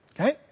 Okay